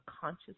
conscious